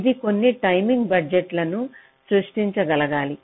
ఇది కొన్ని టైమింగ్ బడ్జెట్లను సృష్టించగలగాలి